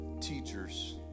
teachers